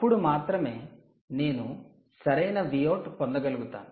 అప్పుడు మాత్రమే నేను సరైన Vout పొందగలుగుతాను